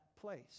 place